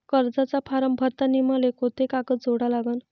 कर्जाचा फारम भरताना मले कोंते कागद जोडा लागन?